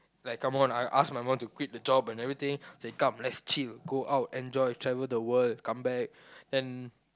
like come on I ask my mum to quit the job and everything say come let's chill go out enjoy travel the world come back then